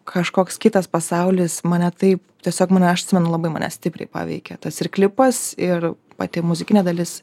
kažkoks kitas pasaulis mane taip tiesiog mane aš atsimenu labai mane stipriai paveikė tas ir klipas ir pati muzikinė dalis